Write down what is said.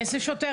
איזה שוטר?